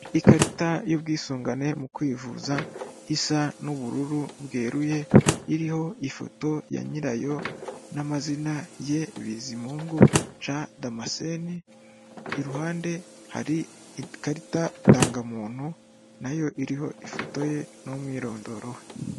Ikarita y'ubwisungane mu kwivuza isa n'ubururu bweruye iriho ifoto ya nyirayo n'amazina ye BIZIMUNGU Jean Damascene iruhande hari ikarita ndangamuntu nayo iriho ifoto ye n'umwirondoro we.